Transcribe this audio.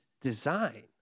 design